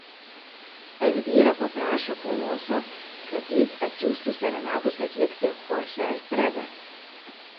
elvyra paprašo koloso kad jis atsiųstų serenados atlikti chorchę alfredą